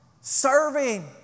Serving